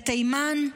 בתימן,